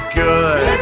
good